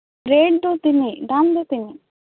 rate ᱫᱚ ᱛᱤᱱᱟᱹᱜ ᱫᱟᱢ ᱫᱚ ᱛᱤᱱᱟᱹᱜ